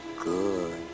good